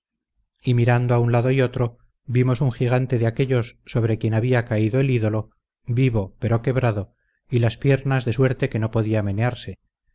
y mirando a un lado y otro vimos un gigante de aquellos sobre quien había caído el ídolo vivo pero quebrado y las piernas de suerte que no podía menearse